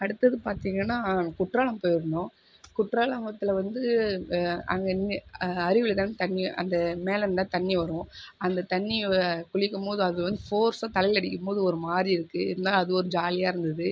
அடுத்தது பார்த்தீங்கன்னா குற்றாலம் போயிருந்தோம் குற்றாலத்தில் வந்து அங்கே அருவில தான் தண்ணி அந்த மேலருந்துதான் தண்ணி வரும் அந்த தண்ணியை குளிக்கும்போது அது வந்து ஃபோர்ஸாக தலையில் அடிக்கும்போது ஒரு மாரி இருக்கு இருந்தாலும் அது ஒரு ஜாலியாக இருந்துது